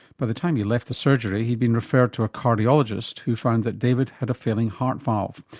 by the time he left the surgery he'd been referred to a cardiologist who found that david had a failing heart valve.